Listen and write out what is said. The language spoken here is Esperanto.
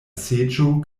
seĝo